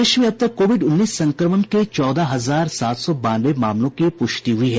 देश में अब तक कोविड उन्नीस संक्रमण के चौदह हजार सात सौ बानवे मामलों की पुष्टि हुई है